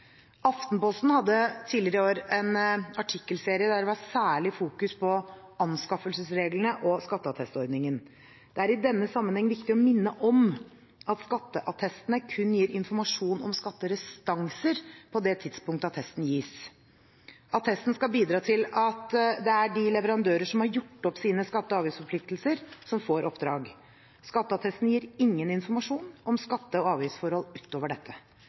Aftenposten hadde tidligere i år en artikkelserie der det var særlig fokus på anskaffelsesreglene og skatteattestordningen. Det er i denne sammenheng viktig å minne om at skatteattestene kun gir informasjon om skatterestanser på det tidspunktet attesten gis. Attesten skal bidra til at det er de leverandører som har gjort opp sine skatte- og avgiftsforpliktelser, som får oppdrag. Skatteattesten gir ingen informasjon om skatte- og avgiftsforhold ut over dette.